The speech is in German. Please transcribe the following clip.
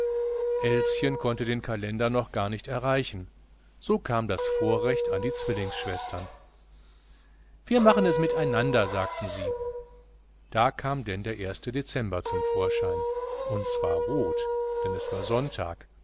elschen konnte den kalender noch gar nicht erreichen so kam das vorrecht an die zwillingsschwestern wir machen es miteinander sagten sie da kam denn der erste dezember zum vorschein und zwar rot denn es war sonntag